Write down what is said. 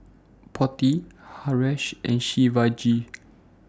Potti Haresh and Shivaji